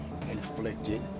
inflicted